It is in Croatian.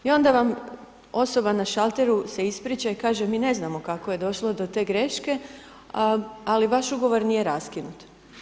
I onda vam osoba na šalteru se ispriča i kaže mi ne znamo kako je došlo do te greške, ali vaš Ugovor nije raskinut.